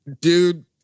Dude